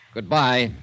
Goodbye